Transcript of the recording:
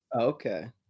Okay